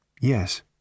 Yes